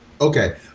Okay